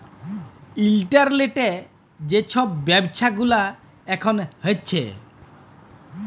ইলটারলেটে যে ছব ব্যাব্ছা গুলা এখল হ্যছে